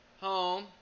home